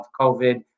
COVID